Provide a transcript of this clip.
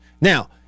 Now